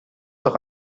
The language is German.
doch